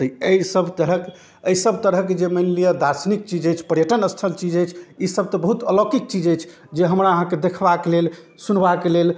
तऽ एहिसब तरहके एहिसब तरहके जे मानि लिअऽ दार्शनिक चीज अछि पर्यटन अस्थल चीज अछि ईसब तऽ बहुत आलौकिक चीज अछि जे हमरा अहाँके देखबाके लेल सुनबाके लेल